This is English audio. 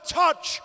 touch